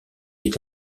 est